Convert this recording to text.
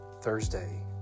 thursday